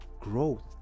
growth